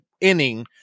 inning